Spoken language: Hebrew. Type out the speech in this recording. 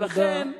תודה.